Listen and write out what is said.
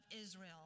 Israel